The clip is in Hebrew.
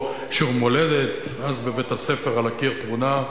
"שיעור מולדת": "אז בבית-הספר על הקיר תמונה.